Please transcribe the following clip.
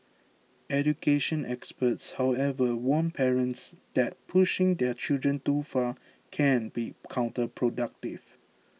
education experts however warn parents that pushing their children too far can be counterproductive